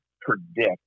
predict